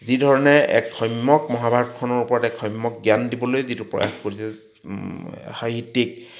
যিধৰণে এক সম্যক মহাভাৰতখনৰ ওপৰত এক সম্যক জ্ঞান দিবলৈ যিটো প্ৰয়াস কৰিছে সাহিত্যিক